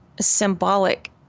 symbolic